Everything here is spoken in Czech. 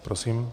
Prosím.